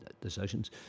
decisions